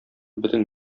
бөтен